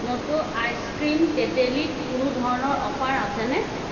নটো আইচক্ৰীম তেতেলীত কোনো ধৰণৰ অফাৰ আছেনে